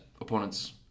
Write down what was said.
Opponents